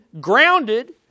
grounded